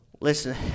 Listen